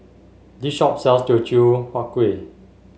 this shop sells Teochew Huat Kueh